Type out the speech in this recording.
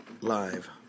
Live